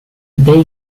they